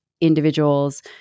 individuals